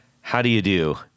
how-do-you-do